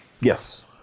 yes